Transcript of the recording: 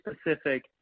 specific